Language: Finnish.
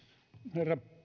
herra